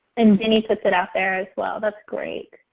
and denny puts that out there as well, that's great.